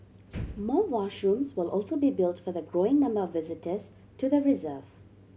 more washrooms will also be built for the growing number of visitors to the reserve